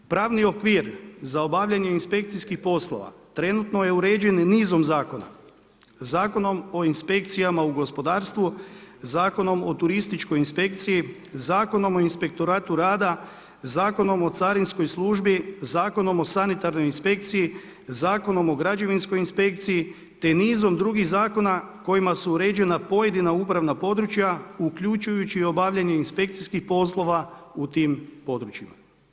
Pravni okvir za obavljanje inspekcijskih poslova trenutno je uređen nizom zakona, Zakonom o inspekcijama u gospodarstvu, Zakonom o turističkoj inspekciji, Zakonom o inspektoratu rada, Zakonom o carinskoj službi, Zakonom o sanitarnoj inspekciji, Zakonom o građevinskoj inspekciji te nizom drugih zakona kojima su uređena pojedina upravna područja, uključujući obavljanje inspekcijskih poslova u tim područjima.